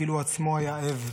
כאילו הוא עצמו היה עבד,